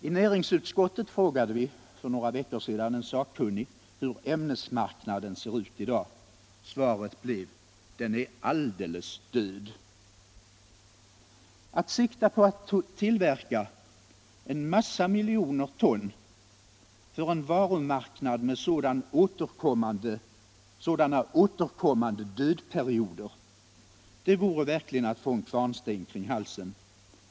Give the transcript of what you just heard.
I näringsutskottet frågade vi för några veckor sedan en sakkunnig hur ämnesmarknaden ser ut i dag. Svaret blev: ”Den är alldeles död.” Att sikta på att tillverka en stor mängd ton för en varumarknad med sådana återkommande dödperioder — det vore verkligen att få en kvarnsten kring halsen!